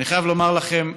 אני חייב לומר לכם,